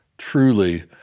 Truly